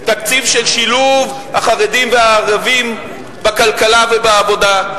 תקציב של שילוב החרדים והערבים בכלכלה ובעבודה,